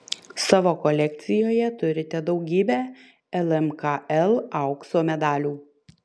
savo kolekcijoje turite daugybę lmkl aukso medalių